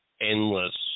endless